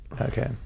Okay